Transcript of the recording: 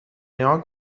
young